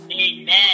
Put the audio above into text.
Amen